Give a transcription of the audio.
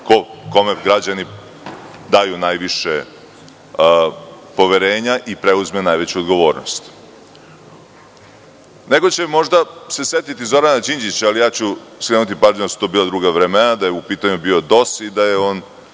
kome građani daju najviše poverenja i preuzme najveću odgovornost. Neko će se možda setiti Zorana Đinđića, ali ću skrenuti pažnju da su to bila druga vremena, da je u pitanju bio DOS i da je DS